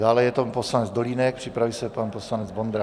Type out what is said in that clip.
Dále je to poslanec Dolínek, připraví se pan poslanec Vondrák.